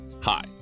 Hi